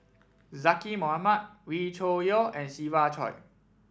Zaqy Mohamad Wee Cho Yaw and Siva Choy